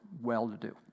well-to-do